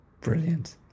Brilliant